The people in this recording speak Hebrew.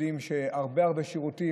אנחנו יודעים שהרבה הרבה שירותים,